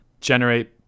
generate